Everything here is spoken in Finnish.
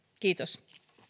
kiitos